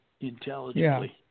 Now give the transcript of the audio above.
intelligently